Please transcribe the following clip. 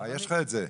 אה יש לך את זה?